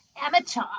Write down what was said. Amateur